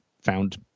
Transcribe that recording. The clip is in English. found